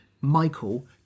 Michael